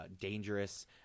dangerous